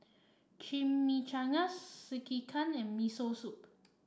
Chimichangas Sekihan and Miso Soup